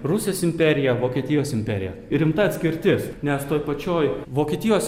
rusijos imperija vokietijos imperija rimta atskirtis nes toj pačioj vokietijos